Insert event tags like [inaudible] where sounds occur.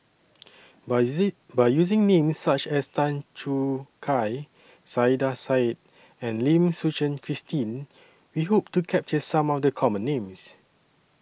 By [unintelligible] By using Names such as Tan Choo Kai Saiedah Said and Lim Suchen Christine We Hope to capture Some of The Common Names